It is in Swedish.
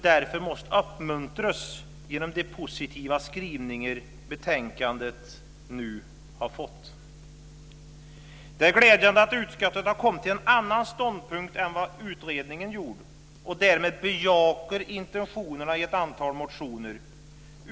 Detta måste uppmuntras genom de positiva skrivningar betänkandet nu har fått. Det är glädjande att utskottet har kommit fram till en annan ståndpunkt än vad utredningen gjorde och därmed bejakar intentionerna i ett antal motioner.